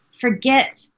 forget